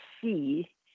see